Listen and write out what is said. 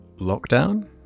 lockdown